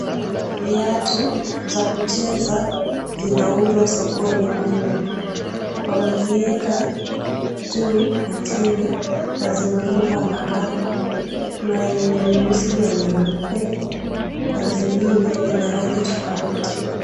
Viatu za kucheza zinauzwa sokoni humu. Wamezieka juu na chini na zimefungwa na kamba. Kuna yenye ni nyeusi na nyeupe na zingine zina rangi tofauti.